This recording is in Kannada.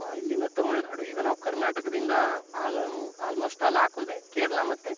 ಇಲ್ಲಿಂದ ತಮಿಳ್ ನಾಡು ಈಗ ನಾವು ಕರ್ನಾಟಕದಿಂದ ಅಲ್ಲ ಆಲ್ಮೋಸ್ಟ್ ಆಲ್ ಹಾಕೋದೇ ಕೇರಳ ಮತ್ತೆ